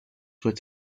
with